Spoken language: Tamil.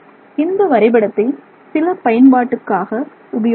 இந்த வரைபடத்தை சில பயன்பாட்டுக்காக உபயோகிக்கலாம்